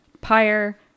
Pyre